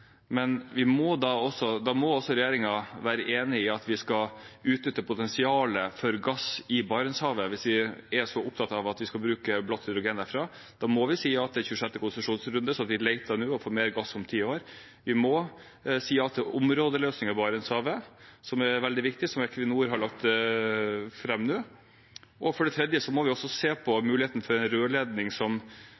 da må også regjeringen være enig i at vi skal utnytte potensialet for gass i Barentshavet, hvis vi er så opptatt av at vi skal bruke blått hydrogen derfra. Da må vi si ja til 26. konsesjonsrunde, slik at vi leter nå og får mer gass om ti år, vi må si ja til områdeløsningen i Barentshavet, som er veldig viktig, som Equinor har lagt fram nå, og for det tredje må vi se på